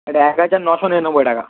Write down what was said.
এটা এক হাজার নশো নিরানব্বই টাকা